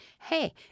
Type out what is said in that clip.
hey